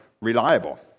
reliable